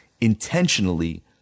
intentionally